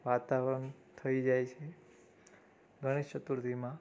વાતાવરણ થઈ જાય છે ગણેશ ચતુર્થીમાં